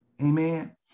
Amen